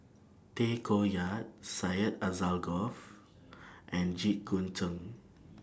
Tay Koh Yat Syed Alsagoff and Jit Koon Ch'ng